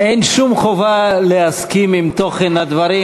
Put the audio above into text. אין שום חובה להסכים עם תוכן הדברים,